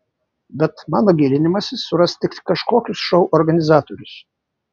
bet mano gilinimasis suras tik kažkokius šou organizatorius